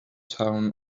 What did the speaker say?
town